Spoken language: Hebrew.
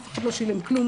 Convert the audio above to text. אף אחד לא שילם כלום,